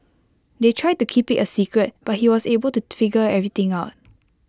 they tried to keep IT A secret but he was able to figure everything out